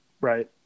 Right